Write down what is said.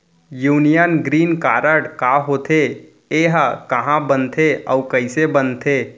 Union green card का होथे, एहा कहाँ बनथे अऊ कइसे बनथे?